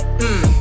mmm